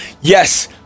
Yes